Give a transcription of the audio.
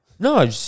No